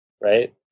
right